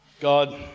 God